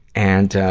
and, ah,